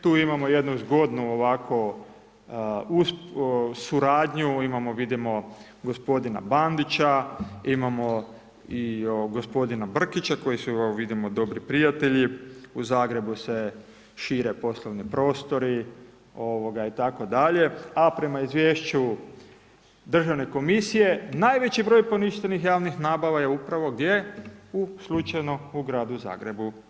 Tu imamo jednu zgodnu ovako suradnju, imamo vidimo gospodina Bandića imamo i gospodina Brkića, koji evo vidimo dobri prijatelji, u Zagrebu se šire poslovni prostori itd. a prema izvješću Državne komisije, najveći broj poništenih javnih nabava je upravo gdje, u slučajno u gradu Zagrebu.